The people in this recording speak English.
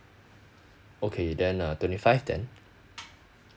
okay then uh twenty five then